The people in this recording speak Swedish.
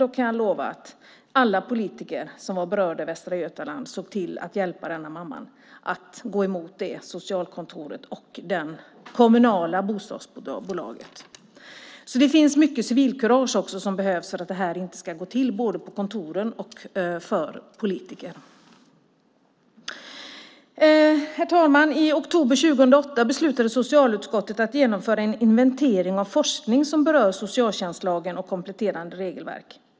Då såg alla politiker som var berörda i Västra Götaland till att hjälpa mamman att gå emot socialkontoret och det kommunala bostadsbolaget. Det behövs alltså civilkurage både på socialkontoren och hos politikerna för att det inte ska kunna gå till så här. Herr talman! I oktober 2008 beslutade socialutskottet att genomföra en inventering av forskning som berör socialtjänstlagen och kompletterande regelverk.